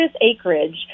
acreage